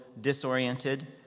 disoriented